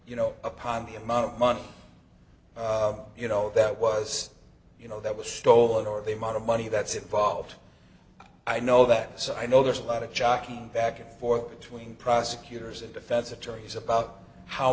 you know upon the amount of money you know that was you know that was stolen or the amount of money that's involved i know that so i know there's a lot of jockeying back and forth between prosecutors and defense attorneys about how